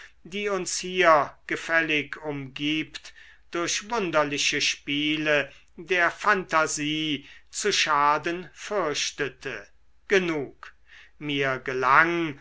die uns hier gefällig umgibt durch wunderliche spiele der phantasie zu schaden fürchtete genug mir gelang